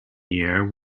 year